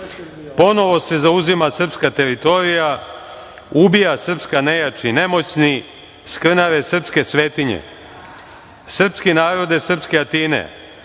Ponovo se zauzima srpska teritorija, ubija srpska nejač i nemoćni, skrnave srpske svetinje. Srpski narode srpske Atine,